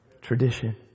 tradition